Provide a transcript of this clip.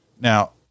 Now